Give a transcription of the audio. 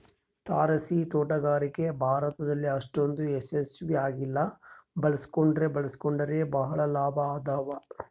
ತಾರಸಿತೋಟಗಾರಿಕೆ ಭಾರತದಲ್ಲಿ ಅಷ್ಟೊಂದು ಯಶಸ್ವಿ ಆಗಿಲ್ಲ ಬಳಸಿಕೊಂಡ್ರೆ ಬಳಸಿಕೊಂಡರೆ ಬಹಳ ಲಾಭ ಅದಾವ